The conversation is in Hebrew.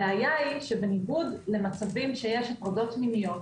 הבעיה היא שבניגוד למצבים שיש הטרדות מיניות,